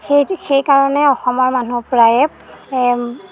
সেই সেইকাৰণে অসমৰ মানুহ প্ৰায়ে